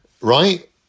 right